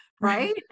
Right